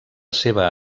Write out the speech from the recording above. seva